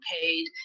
paid